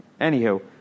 Anywho